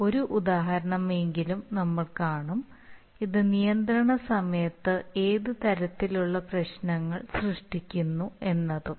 കുറഞ്ഞത് ഒരു ഉദാഹരണമെങ്കിലും നമ്മൾ കാണും ഇത് നിയന്ത്രണ സമയത്ത് ഏത് തരത്തിലുള്ള പ്രശ്നങ്ങൾ സൃഷ്ടിക്കുന്നു എന്നതും